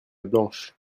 blanche